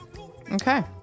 Okay